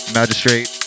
magistrate